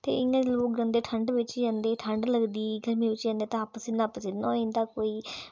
ते इ'यां लोक गंदे ठंड बिच जंदे ठंड लगदी ते ताप पसीना पसीना होई जंदा कोई